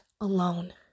alone